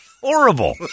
Horrible